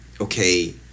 okay